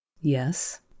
Yes